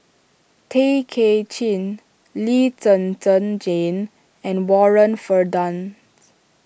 Tay Kay Chin Lee Zhen Zhen Jane and Warren Fernandez